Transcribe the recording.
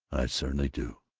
i certainly do!